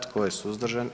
Tko je suzdržan?